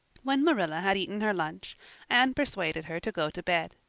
when marilla had eaten her lunch anne persuaded her to go to bed.